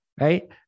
right